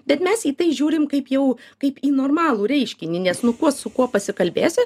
bet mes į tai žiūrim kaip jau kaip į normalų reiškinį nes nuo ko su kuo pasikalbėsi